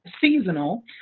seasonal